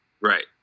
Right